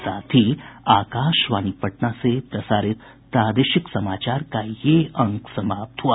इसके साथ ही आकाशवाणी पटना से प्रसारित प्रादेशिक समाचार का ये अंक समाप्त हुआ